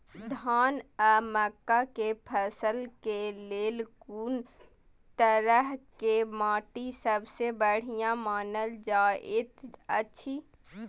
धान आ मक्का के फसल के लेल कुन तरह के माटी सबसे बढ़िया मानल जाऐत अछि?